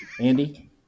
Andy